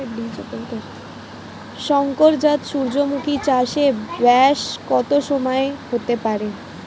শংকর জাত সূর্যমুখী চাসে ব্যাস কত সময় হতে পারে?